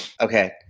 Okay